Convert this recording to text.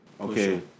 okay